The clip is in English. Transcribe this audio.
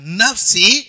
nafsi